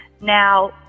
Now